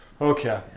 Okay